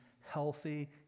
healthy